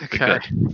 Okay